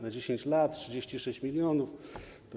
Na 10 lat 36 mln zł.